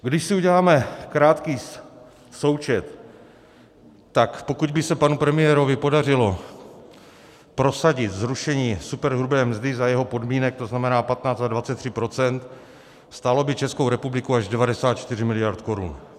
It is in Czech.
Když si uděláme krátký součet, tak pokud by se panu premiérovi podařilo prosadit zrušení superhrubé mzdy za jeho podmínek, to znamená 15 a 23 %, stálo by Českou republiku až 94 miliard korun.